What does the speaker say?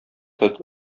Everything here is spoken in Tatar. тот